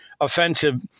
offensive